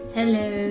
Hello